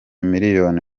miliyoni